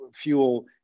fuel